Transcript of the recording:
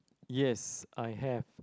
yes I have